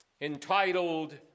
entitled